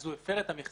אז הוא הפר את המכסה,